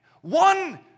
one